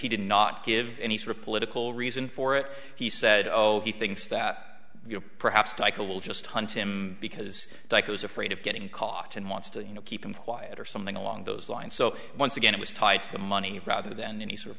he did not give any sort of political reason for it he said oh he thinks that you're perhaps dica will just hunt him because he was afraid of getting caught and wants to you know keep him quiet or something along those lines so once again it was tied to the money rather than any sort of